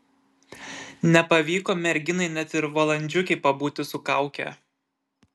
nepavyko merginai net ir valandžiukei pabūti su kauke